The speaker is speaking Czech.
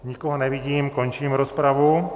Nikoho nevidím, končím rozpravu.